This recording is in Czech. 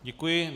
Děkuji.